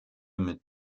mit